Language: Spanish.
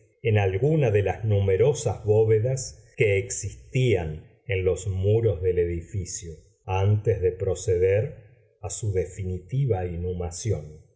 en alguna de las numerosas bóvedas que existían en los muros del edificio antes de proceder a su definitiva inhumación